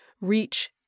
REACH